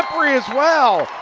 as well.